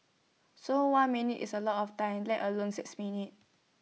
so one minute is A lot of time let alone six minute